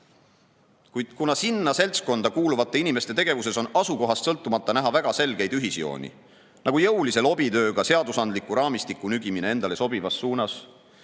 Kuid kuna sinna seltskonda kuuluvate inimeste tegevuses on asukohast sõltumata näha väga selgeid ühisjooni, nagu jõulise lobitööga seadusandliku raamistiku nügimine endale sobivas suunas,